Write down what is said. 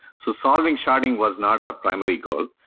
so solving sharding was not our primary goal.